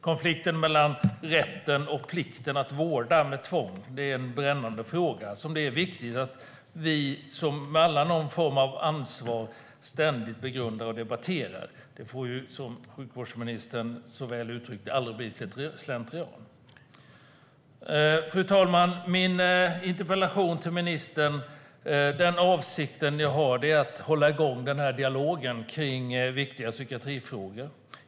Konflikten mellan rätten och plikten att vårda med tvång är en brännande fråga som det är viktigt att vi som har någon form av ansvar ständigt begrundar och debatterar. Det får, som sjukvårdsministern så väl uttrycker det, aldrig bli till slentrian. Fru talman! Avsikten med min interpellation till ministern är att hålla igång dialogen kring viktiga psykiatrifrågor.